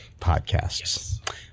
podcasts